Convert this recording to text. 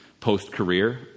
post-career